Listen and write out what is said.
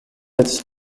its